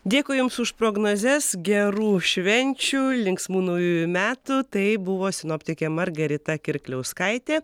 dėkui jums už prognozes gerų švenčių linksmų naujųjų metų tai buvo sinoptikė margarita kirkliauskaitė